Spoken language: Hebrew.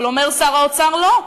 אבל שר האוצר אומר: לא,